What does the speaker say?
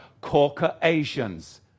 Caucasians